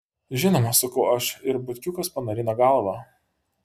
žinoma sakau aš ir butkiukas panarina galvą